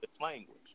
language